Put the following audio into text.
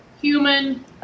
human